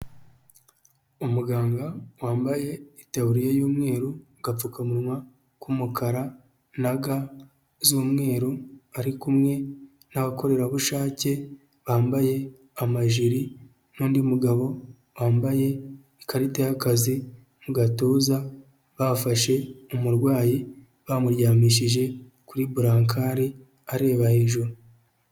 Umuganga wambaye itaburiya y'umweru, agapfukamunwa k'umukara na ga z'umweru, ari kumwe n'abakorerabushake bambaye amajiri n'undi mugabo wambaye ikarita y'akazi mu gatuza, bafashe umurwayi, bamuryamishije kuri burankari areba hejuru.